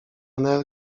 nel